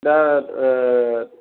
दा